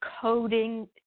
coding